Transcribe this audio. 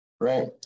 right